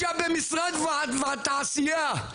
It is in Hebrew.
בספונג'ה במשרד המסחר והתעשייה,